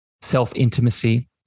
self-intimacy